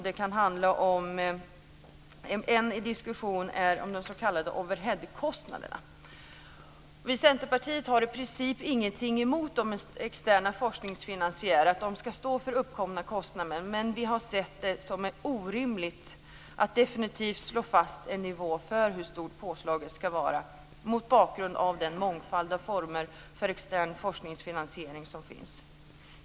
Det kan handla om en diskussion om de s.k. overheadkostnaderna. Vi i Centerpartiet har i princip inget emot att externa forskningsfinasiärer ska stå för uppkomna kostnader, men vi har sett det som orimligt att definitivt slå fast en nivå för hur stort påslaget ska vara mot bakgrund av den mångfald av former för extern forskningsfinansiering som finns.